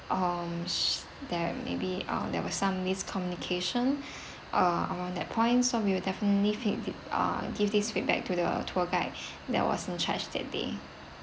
um there maybe ah there was some miscommunication ah around that points so we'll definitely feed~ uh give these feedback to the tour guide that was in charged that day